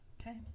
Okay